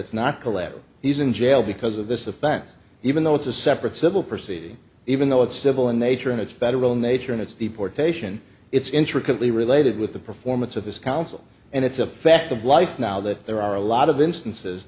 collateral he's in jail because of this offense even though it's a separate civil proceeding even though it's civil in nature and it's federal nature and it's deportation it's intricately related with the performance of his counsel and it's a fact of life now that there are a lot of instances